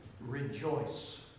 Rejoice